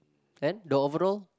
then the overall